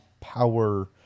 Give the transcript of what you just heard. power